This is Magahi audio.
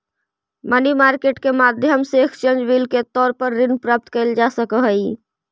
मनी मार्केट के माध्यम से एक्सचेंज बिल के तौर पर ऋण प्राप्त कैल जा सकऽ हई